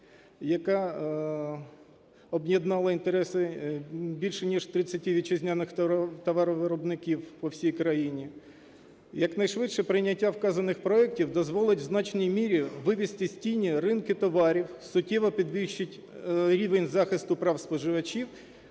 яка об'єднала інтереси більше ніж 30 вітчизняних товаровиробників по всій країні. Якнайшвидше прийняття вказаних проектів дозволить в значній мірі вивести з тіні ринки товарів, суттєво підвищить рівень захисту прав споживачів,